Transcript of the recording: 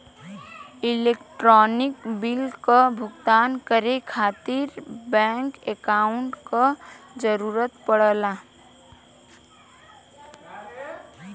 electronic bill क भुगतान करे खातिर बैंक अकांउट क जरूरत पड़ला